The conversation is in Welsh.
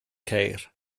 ceir